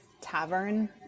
Tavern